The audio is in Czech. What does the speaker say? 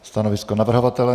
Stanovisko navrhovatele?